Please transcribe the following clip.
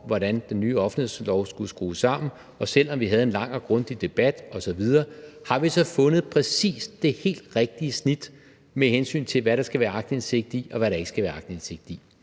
hvordan den nye offentlighedslov skulle skrues sammen, og selv om vi havde en lang og grundig debat osv., er spørgsmålet, om vi præcist har fundet det helt rigtige snit, med hensyn til hvad der skal være aktindsigt i og hvad der ikke skal være aktindsigt i.